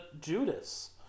Judas